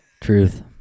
truth